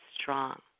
strong